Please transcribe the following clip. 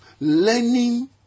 learning